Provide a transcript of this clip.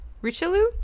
Richelieu